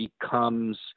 becomes